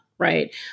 Right